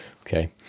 okay